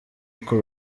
uko